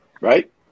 Right